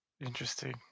interesting